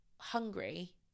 hungry